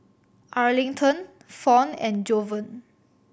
Arlington Fawn and Jovan